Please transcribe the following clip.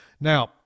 Now